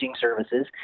services